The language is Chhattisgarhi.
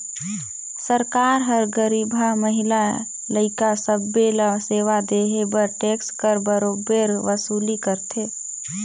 सरकार हर गरीबहा, महिला, लइका सब्बे ल सेवा देहे बर टेक्स कर बरोबेर वसूली करथे